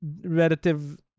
relative